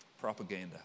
Propaganda